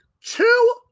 Two